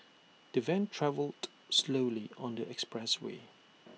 the van travelled slowly on the expressway